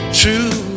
true